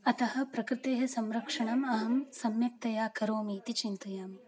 अतः प्रकृतेः संरक्षणम् अहं सम्यक्तया करोमि इति चिन्तयामि